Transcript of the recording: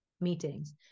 meetings